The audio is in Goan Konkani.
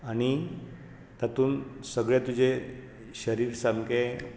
आनी तांतून सगळें तुजे शरीर सामकें